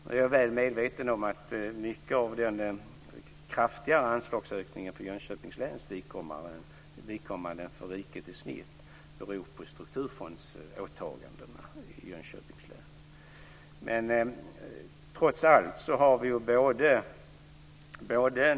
Nu är jag väl medveten om att mycket av den kraftiga anslagsökningen för Jönköpings läns vidkommande jämfört med riket i snitt beror på strukturfondsåtagandena i Jönköpings län.